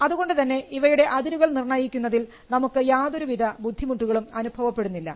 അതുകൊണ്ടുതന്നെ ഇവയുടെ അതിരുകൾ നിർണയിക്കുന്നതിൽ നമുക്ക് യാതൊരുവിധ ബുദ്ധിമുട്ടുകളും അനുഭവപ്പെടുന്നില്ല